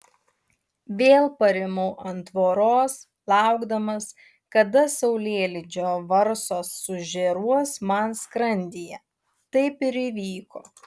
vėl parimau ant tvoros laukdamas kada saulėlydžio varsos sužėruos man skrandyje taip ir įvyko